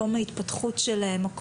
מקום ההתפתחות שלהם,